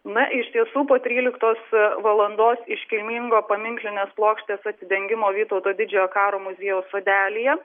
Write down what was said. na iš tiesų po tryliktos valandos iškilmingo paminklinės plokštės atidengimo vytauto didžiojo karo muziejaus sodelyje